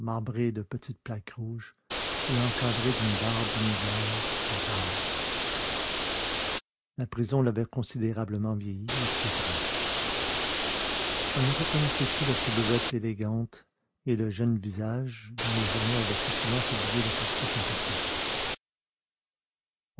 de petites plaques rouges et encadré d'une barbe inégale et rare la prison l'avait considérablement vieilli et flétri on ne reconnaissait plus la silhouette élégante et le jeune visage dont les journaux avaient publié si souvent le portrait sympathique